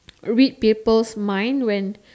read people's mind when